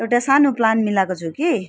एउटा सानो प्लान मिलाएको छौँ कि